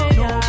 no